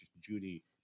Judy